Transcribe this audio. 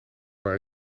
waar